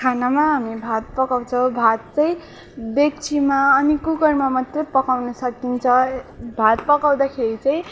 खानामा हामी भात पकाउँछौँ भात चाहिँ डेक्चीमा अनि कुकरमा मात्रै पकाउन सकिन्छ भात पकाउँदाखेरि चाहिँ